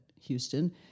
Houston